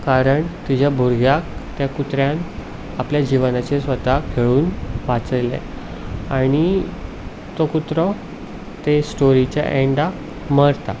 कारण तिचे भुरग्याक त्या कुत्र्यान आपल्या जिवनाचेर स्वता खेळून वाचयलें आनीतो कुत्रो ते स्टोरीच्या अॅन्डाक मरता